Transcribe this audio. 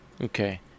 Okay